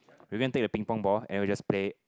we go and take the Ping Pong ball and we just play